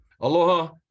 Aloha